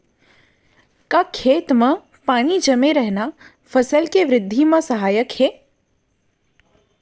का खेत म पानी जमे रहना फसल के वृद्धि म सहायक हे?